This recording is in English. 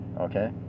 okay